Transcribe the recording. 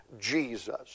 Jesus